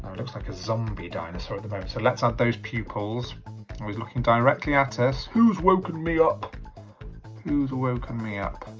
looks like a zombie dinosaur at the moment so let's add those pupils he's looking directly at us who's woken me up who's woken me up